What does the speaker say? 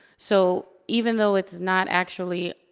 so even though it's not actually,